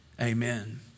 amen